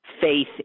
Faith